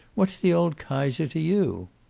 what's the old kaiser to you?